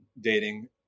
dating